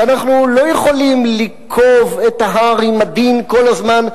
שאנחנו לא יכולים לקוב את ההר עם הדין כל הזמן,